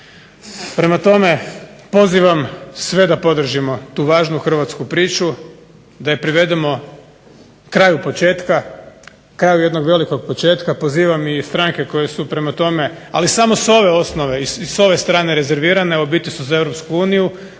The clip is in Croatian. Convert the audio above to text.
Prema tome, pozivam sve da podržimo tu važnu hrvatsku priču, da je privedemo kraju početka, kraju jednog velikog početka, pozivam i stranke koje su prema tome, ali samo s ove osnove i s ove strane rezervirane, a u biti su za Europsku uniju